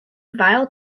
vile